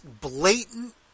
blatant